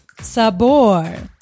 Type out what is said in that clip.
Sabor